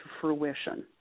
fruition